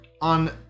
on